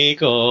go